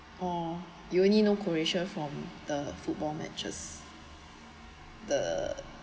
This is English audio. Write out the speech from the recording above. oh you only know croatian form the football matches the